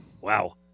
Wow